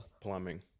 Plumbing